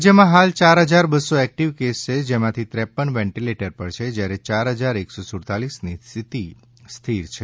રાજ્યમાં હાલ ચાર હજાર બસો એકટીવ કેસ છે જેમાંથી ત્રેપન વેન્ટીલેટર પર છે જ્યારે ચાર હજાર એકસો સુડતાલીસની સ્થિતિ સ્થિર છે